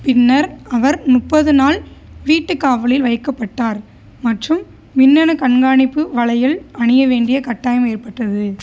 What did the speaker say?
பின்னர் அவர் முப்பது நாள் வீட்டுக் காவலில் வைக்கப்பட்டார் மற்றும் மின்னணு கண்காணிப்பு வளையல் அணிய வேண்டிய கட்டாயம் ஏற்பட்டது